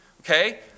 Okay